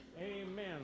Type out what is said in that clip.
Amen